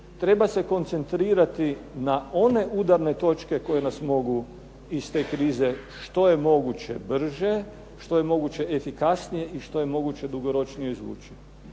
treba se koncentrirati na one udarne točke koje nas mogu iz te krize što je moguće brže, što je moguće efikasnije i što je moguće dugoročnije izvući.